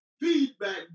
feedback